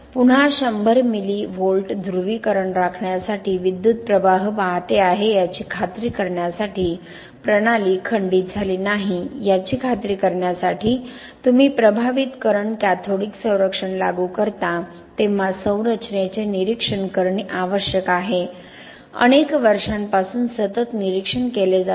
पुन्हा 100 millivolt ध्रुवीकरण राखण्यासाठी विद्युत प्रवाह वाहते आहे याची खात्री करण्यासाठी प्रणाली खंडित झाली नाही याची खात्री करण्यासाठी तुम्ही प्रभावित करंट कॅथोडिक संरक्षण लागू करता तेव्हा संरचनेचे निरीक्षण करणे आवश्यक आहे अनेक वर्षांपासून सतत निरीक्षण केले जाते